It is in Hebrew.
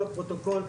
הפרוטוקול,